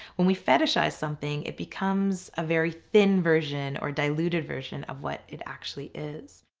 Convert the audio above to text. when we fetishize something it becomes a very thin version or diluted version of what it actually is.